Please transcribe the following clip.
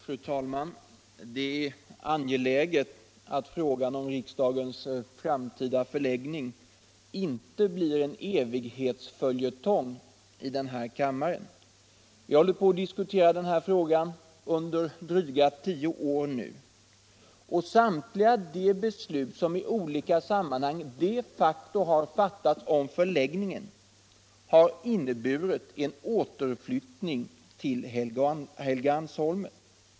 Fru talman! Det är angeläget att frågan om riksdagens framtida förläggning inte blir en cvighetsföljetong i den här kammaren. Vi har nu diskuterat frågan under dryga tio år. Samtliga de beslut som i olika sammanhang de facto har fattats om förläggningen har inneburit en återflyttning till Helgeandsholmen.